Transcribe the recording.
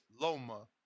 Loma